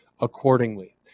accordingly